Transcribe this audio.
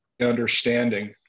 understanding